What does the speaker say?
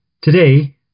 Today